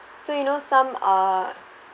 so you know some uh